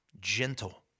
gentle